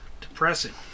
Depressing